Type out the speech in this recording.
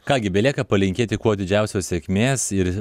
ką gi belieka palinkėti kuo didžiausios sėkmės ir